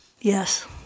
Yes